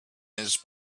his